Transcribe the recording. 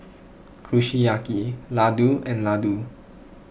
Kushiyaki Ladoo and Ladoo